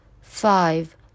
five